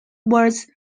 was